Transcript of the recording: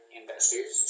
investors